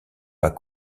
pas